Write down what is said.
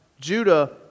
Judah